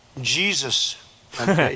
Jesus